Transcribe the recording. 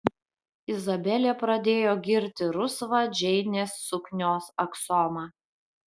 izabelė pradėjo girti rusvą džeinės suknios aksomą